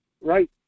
right